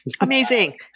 Amazing